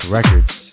Records